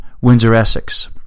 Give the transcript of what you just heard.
Windsor-Essex